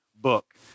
book